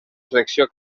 selecció